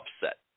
upset